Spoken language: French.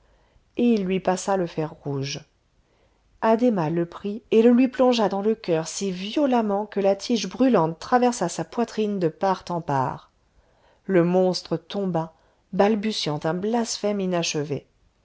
et il lui passa le fer rouge addhéma le prit et le lui plongea dans le coeur si violemment que la tige brûlante traversa sa poitrine de part en part le monstre tomba balbutiant un blasphème inachevé